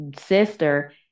sister